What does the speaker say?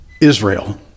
Israel